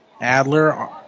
Adler